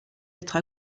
être